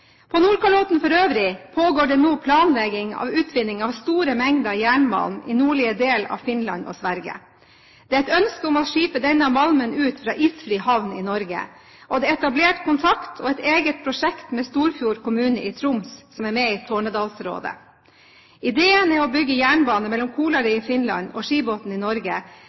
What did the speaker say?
På Nordkalotten for øvrig pågår det nå planlegging av utvinning av store mengder jernmalm i nordlige del av Finland og Sverige. Det er et ønske om å skipe denne malmen ut fra isfri havn i Norge, og det er etablert kontakt og et eget prosjekt med Storfjord kommune i Troms som er med i Tornedalsrådet. Ideen er å bygge jernbane mellom Kolari i Finland og Skibotn i Norge,